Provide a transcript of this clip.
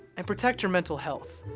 and protect your mental health.